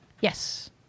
Yes